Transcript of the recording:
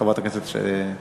חברת הכנסת תמנו-שטה.